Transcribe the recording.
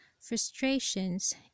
frustrations